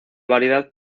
variedad